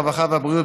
הרווחה והבריאות,